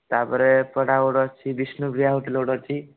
ତା'ପରେ ଏଇପଟେ ଆଉ ଗୋଟିଏ ଅଛି ବିଷ୍ଣୁପ୍ରିୟା ହୋଟେଲ ଗୋଟିଏ ଅଛି